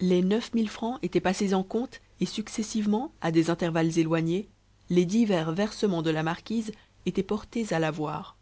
les neuf mille francs étaient passés en compte et successivement à des intervalles éloignés les divers versements de la marquise étaient portés à l'avoir